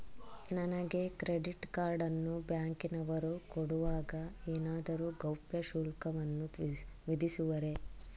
ನನಗೆ credit card ಅನ್ನು ಬ್ಯಾಂಕಿನವರು ಕೊಡುವಾಗ ಏನಾದರೂ ಗೌಪ್ಯ ಶುಲ್ಕವನ್ನು ವಿಧಿಸುವರೇ?